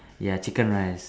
ya chicken rice